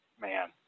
Man